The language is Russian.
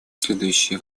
следующие